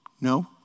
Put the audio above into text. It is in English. No